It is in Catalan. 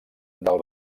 del